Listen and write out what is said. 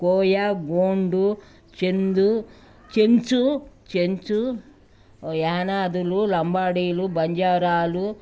కోయ గోండు చెందు చెంచు చెంచు యానాదులు లంబాడీలు బంజారాలు